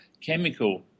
chemical